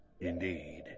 Indeed